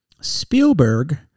Spielberg